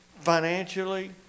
financially